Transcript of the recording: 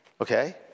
okay